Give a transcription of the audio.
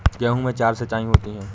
गेहूं में चार सिचाई होती हैं